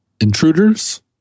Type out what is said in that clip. intruders